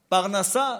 פרנסה.